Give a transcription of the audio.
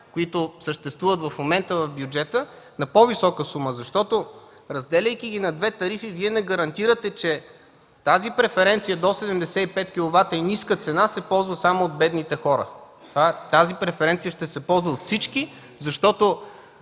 които съществуват в момента в бюджета, на по-висока сума. Защото, разделяйки ги на две тарифи, Вие не гарантирате, че тази преференция до 75 киловата и ниска цена се ползва само от бедните хора. Тази преференция ще се ползва от всички, защото